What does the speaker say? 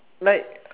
like